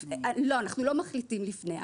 לא, אנחנו לא מחליטים לפני.